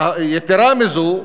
יתרה מזו,